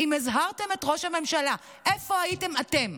אם הזהרתם את ראש הממשלה, איפה הייתם אתם?